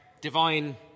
divine